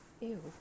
ew